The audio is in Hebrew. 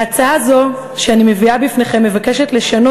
ההצעה הזו שאני מביאה בפניכם מבקשת לשנות